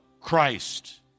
Christ